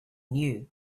knew